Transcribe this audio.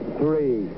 three